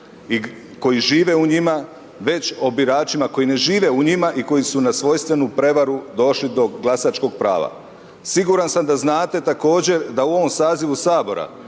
koji žive u njima već o biračima koji ne žive u njima i koji su na svojstvenu prevaru došli do glasačkog prava. Siguran sam da znate također da u ovom sazivu Sabora